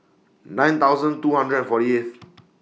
nine thousand two hundred and forty eighth